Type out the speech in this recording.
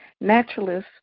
Naturalists